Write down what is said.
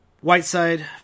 Whiteside